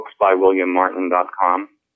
booksbywilliammartin.com